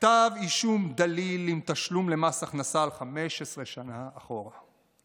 כתב אישום דליל עם תשלום למס הכנסה על 15 שנה אחורה.